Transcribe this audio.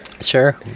Sure